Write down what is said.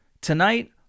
tonight